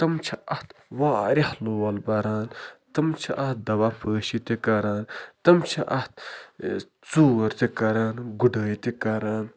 تِم چھِ اَتھ واریاہ لول بَران تِم چھِ اَتھ دَوا پٲشی تہِ کَران تِم چھِ اَتھ ژوٗر تہِ کَران گُڑٲے تہِ کَران